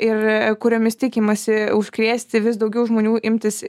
ir kuriomis tikimasi užkrėsti vis daugiau žmonių imtis